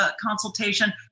consultation